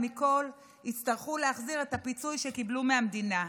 מכול יצטרכו להחזיר את הפיצוי שקיבלו מהמדינה.